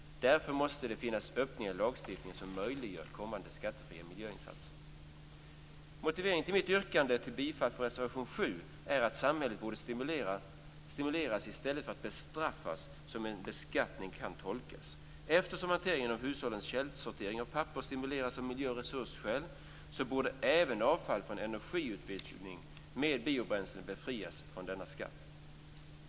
Därför måste det finnas öppningar i lagstiftningen som möjliggör kommande skattefria miljöinsatser. Motiveringen till mitt yrkande på bifall för reservation 7 är att samhället borde stimuleras i stället för att bestraffas som en beskatttning kan tolkas. Eftersom hanteringen av hushållens källsortering av papper stimuleras av miljö och resursskäl borde även avfall från energiutvinning med biobränslen befrias från skatt.